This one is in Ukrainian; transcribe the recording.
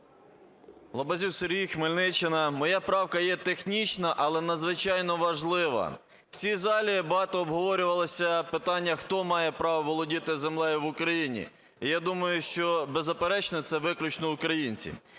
Лабазюк Сергій, Хмельниччина. Моя правка є технічна, але надзвичайно важлива. В цій залі багато обговорювалося питання, хто має право володіти землею в Україні. І я думаю, що беззаперечно це виключно українці.